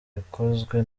yakozwe